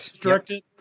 directed